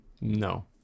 No